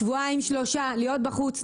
תוך שבועיים שלושה להיות בחוץ,